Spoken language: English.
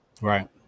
Right